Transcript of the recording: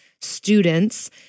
students